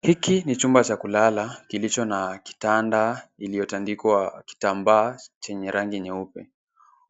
Hiki ni chumba cha kulalakilicho na kitanda, iliyotandikwa kitambaa chenye rangi nyeupe.